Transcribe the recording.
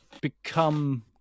become